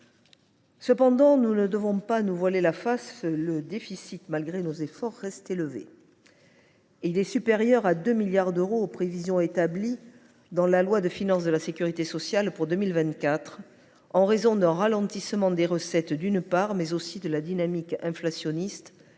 Cependant, nous ne devons pas nous voiler la face : malgré nos efforts, le déficit reste élevé. Il est supérieur de 2 milliards d’euros aux prévisions établies en loi de financement de la sécurité sociale pour 2024, en raison non seulement d’un ralentissement des recettes, mais aussi de la dynamique inflationniste,